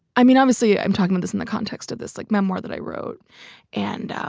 i mean obviously i'm talking on this in the context of this like memoir that i wrote and